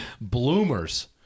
Bloomers